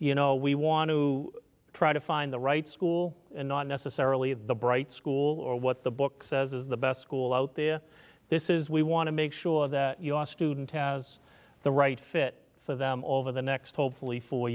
you know we want to try to find the right school and not necessarily the bright school or what the book says is the best school out there this is we want to make sure that your student has the right fit for them over the next hopefully fo